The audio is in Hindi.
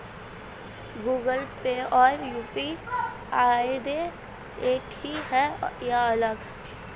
गूगल पे और यू.पी.आई एक ही है या अलग?